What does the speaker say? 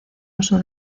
uso